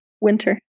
Winter